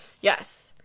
Yes